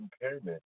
impairment